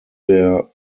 der